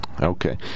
Okay